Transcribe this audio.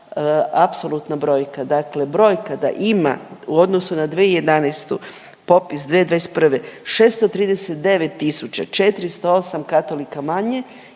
apsolutna brojka, dakle brojka da ima u odnosu na 2011. popis 2021., 639 tisuća 408 katolika manje